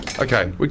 Okay